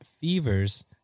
fevers